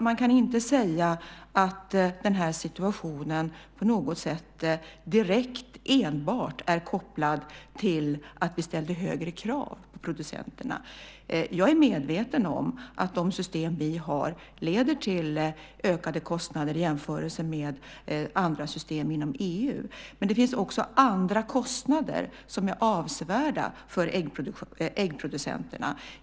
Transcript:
Man kan inte säga att denna situation på något sätt direkt och enbart är kopplad till att vi ställde högre krav på producenterna. Jag är medveten om att de system som vi har leder till ökade kostnader i jämförelse med andra system inom EU. Men det finns också andra kostnader som är avsevärda för äggproducenterna.